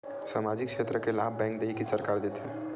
सामाजिक क्षेत्र के लाभ बैंक देही कि सरकार देथे?